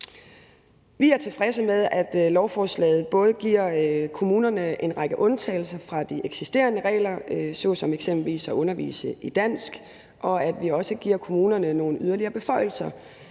Vi er tilfredse med, at lovforslaget både giver kommunerne en række undtagelser fra de eksisterende regler, såsom eksempelvis at undervise i dansk, og at vi også giver kommunerne nogle yderligere beføjelser,